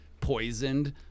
poisoned